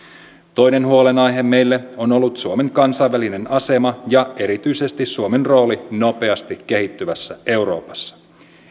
toinen huolenaihe meille on ollut suomen kansainvälinen asema ja erityisesti suomen rooli nopeasti kehittyvässä euroopassa